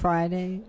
Friday